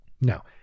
Now